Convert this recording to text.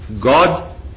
god